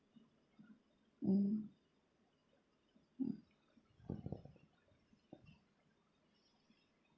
mm mm